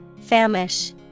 Famish